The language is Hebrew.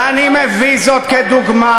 ואני מביא זאת כדוגמה